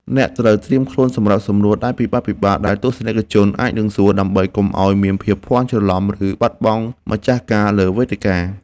អ្នកត្រូវត្រៀមខ្លួនសម្រាប់សំណួរដែលពិបាកៗ ដែលទស្សនិកជនអាចនឹងសួរ ដើម្បីកុំឱ្យមានការភាន់ច្រឡំ ឬបាត់បង់ម្ចាស់ការលើវេទិកា។